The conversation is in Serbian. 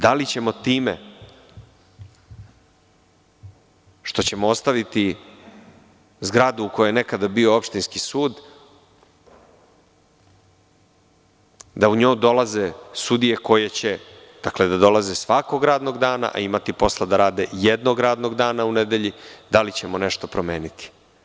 Da li ćemo time što ćemo ostaviti zgradu u kojoj je nekada bio opštinski sud da u nju dolaze sudije, koje će dolaziti svakog radnog dana, a imati posla da rade jednog radnog dana u nedelji, nešto promeniti?